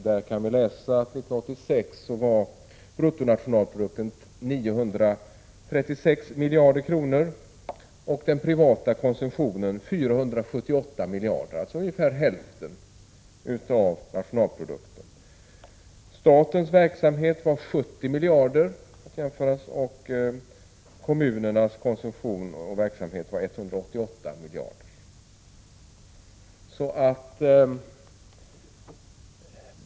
Där kan vi läsa att bruttonationalprodukten 1986 var 936 miljarder kronor och den privata konsumtionen 478 miljarder kronor, dvs. ungefär hälften av nationalprodukten. Statens verksamhet 131 het till 188 miljarder kronor.